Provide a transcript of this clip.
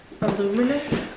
Aluminum